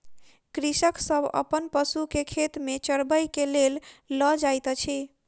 कृषक सभ अपन पशु के खेत में चरबै के लेल लअ जाइत अछि